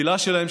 התפילה שלהם,